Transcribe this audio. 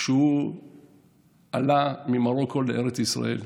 כשהוא עלה ממרוקו לארץ ישראל,